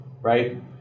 right